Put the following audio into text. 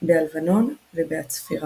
ב"הלבנון" וב"הצפירה".